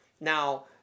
Now